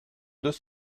deux